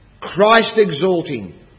Christ-exalting